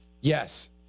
Yes